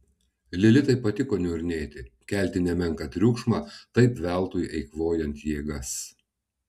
lilitai patiko niurnėti kelti nemenką triukšmą taip veltui eikvojant jėgas